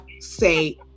say